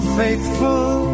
faithful